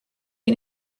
een